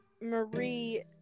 Marie